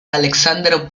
alexander